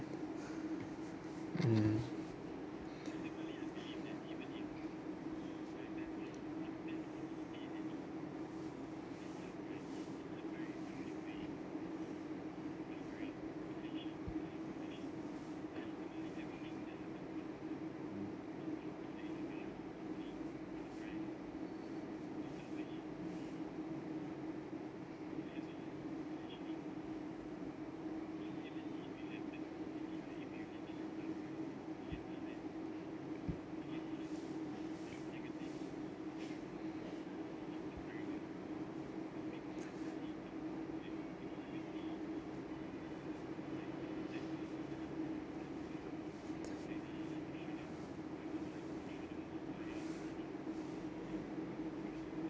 mm